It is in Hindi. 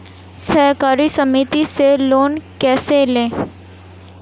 सहकारी समिति से लोन कैसे लें?